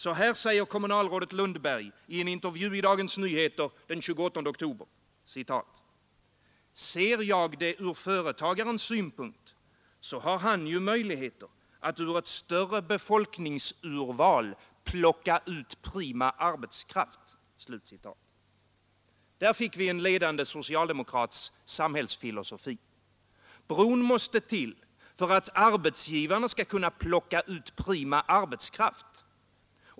Så här säger kommunalrådet Lundberg i en intervju i Dagens Nyheter den 28 oktober: ”Ser jag det ur företagarens synpunkt så har han ju möjligheter att ur ett större befolkningsurval plocka ut prima arbetskraft.” Där fick vi en ledande socialdemokrats samhällsfilosofi. Bron måste till för att arbetsgivarna skall kunna plocka ut prima arbetskraft.